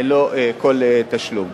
ללא כל תשלום.